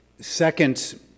second